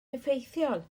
effeithiol